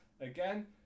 again